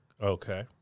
Okay